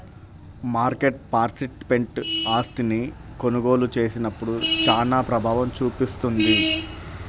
market participant ఆస్తిని కొనుగోలు చేసినప్పుడు చానా ప్రభావం చూపిస్తుంది